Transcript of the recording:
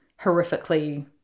horrifically